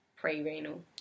pre-renal